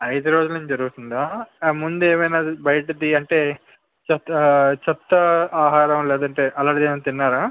ఐదు రోజుల నుంచి జరుగుతుందా ముందు ఏమైనా బయటది అంటే చెత్త చెత్త ఆహారం లేదంటే అలాంటిది ఏమైనా తిన్నారా